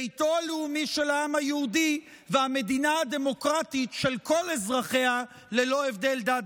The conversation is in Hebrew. ביתו הלאומי של העם היהודי ומדינה דמוקרטית של כל אזרחיה ללא הבדלי דת,